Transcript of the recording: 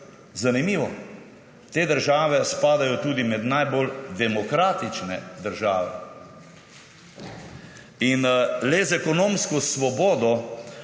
Zanimivo, te države spadajo tudi med najbolj demokratične države. Le z ekonomsko svobodo